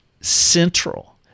central